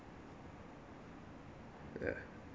uh